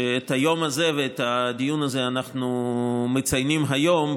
שאת היום הזה ואת הדיון הזה אנחנו מציינים היום,